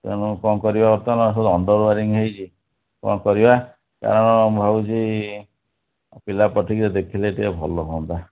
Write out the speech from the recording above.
ତେଣୁ କ'ଣ କରିବା ବର୍ତ୍ତମାନ ସବୁ ଅଣ୍ଡର୍ ୱାରିଙ୍ଗ୍ ହୋଇଛି କ'ଣ କରିବା କାରଣ ମୁଁ ଭାବୁଛି ପିଲା ପଠାଇକରି ଦେଖିଲେ ଟିକିଏ ଭଲ ହୁଅନ୍ତା